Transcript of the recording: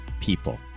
people